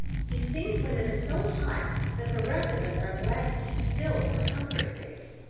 he sings when it is so hot that the rest of us are glad to keep still for comfort's sake.